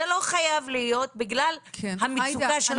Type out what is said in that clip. זה לא חייב להיות בגלל המצוקה שלכם בפתרונות --- עאידה,